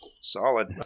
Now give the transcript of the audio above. Solid